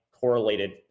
correlated